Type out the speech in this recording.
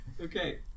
Okay